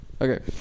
Okay